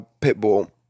Pitbull